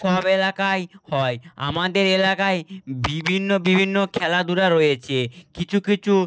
সব এলাকায় হয় আমাদের এলাকায় বিভিন্ন বিভিন্ন খেলাধূলা রয়েছে কিছু কিছু